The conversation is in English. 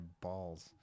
balls